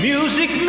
Music